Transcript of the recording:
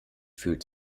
fühlt